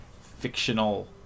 fictional